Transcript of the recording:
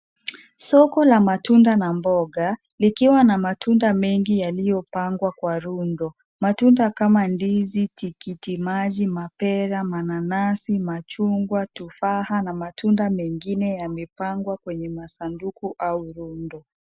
Soko la matunda na mboga likiwa na matunda mengi yaliyopangwa kwa rundo. Matunda kama ndizi, tikiti maji, mapera, mananasi, machungwa, tufaha na matunda mengine yamepangwa kwenye masanduku au rundo.